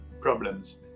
problems